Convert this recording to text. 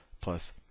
plus